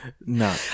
No